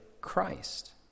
Christ